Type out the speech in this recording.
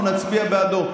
אנחנו נצביע בעדו.